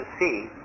see